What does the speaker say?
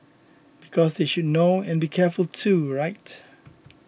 because they should know and be careful too right